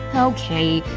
okay,